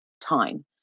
time